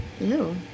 Ew